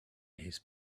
his